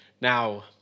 Now